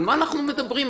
על מה אנחנו מדברים?